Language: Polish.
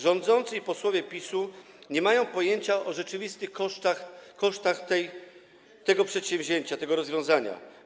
Rządzący i posłowie PiS-u nie mają pojęcia o rzeczywistych kosztach tego przedsięwzięcia, tego rozwiązania.